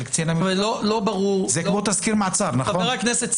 זה כמו תסקיר מעצר, נכון?